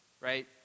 Right